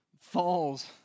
falls